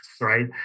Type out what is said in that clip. right